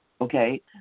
okay